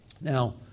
Now